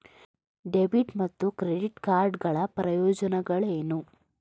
Debit ಮತ್ತು credit card ಗಳ ಪ್ರಯೋಜನಗಳೇನು?